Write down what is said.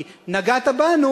כי נגעת בנו?